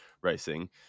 racing